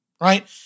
right